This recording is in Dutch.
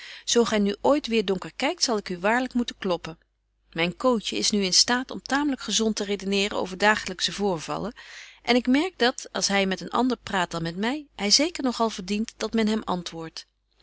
zo gy nu ooit weêr donker kykt zal ik u waarlyk moeten kloppen myn cootje is nu in staat om tamelyk gezont te redeneren over dagelyksche voorvallen en ik merk dat als hy met een ander praat dan met my hy zeker nog al verdient dat men hem antwoordt